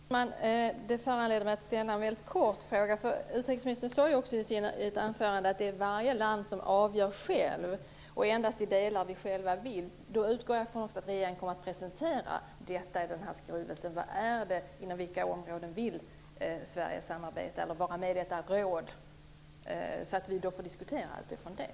Herr talman! Detta föranleder mig att ställa en väldigt kort fråga. Utrikesministern sade i sitt anförande att varje land avgör självt i vilka delar man vill samarbeta. Jag utgår från att regeringen kommer att presentera i skrivelsen inom vilka områden som Sverige vill samarbeta och vara med i rådet, så att vi kan diskutera det hela utifrån det.